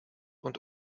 und